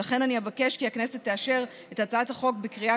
ולכן אבקש כי הכנסת תאשר את הצעת החוק בקריאה